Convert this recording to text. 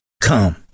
come